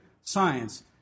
science